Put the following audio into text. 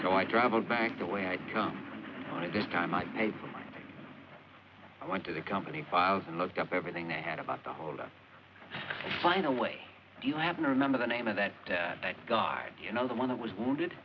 so i traveled back the way i'd come on it this time i paid for mine i went to the company files and looked up everything they had about the hold up fine away do you have no remember the name of that that guard you know the one that was wounded